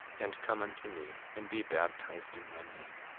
and come unto me, and be baptized in my name,